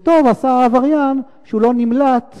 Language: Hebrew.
וטוב עשה העבריין שהוא לא נמלט